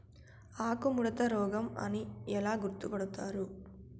ఆకుముడత రోగం అని ఎలా గుర్తుపడతారు?